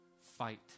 fight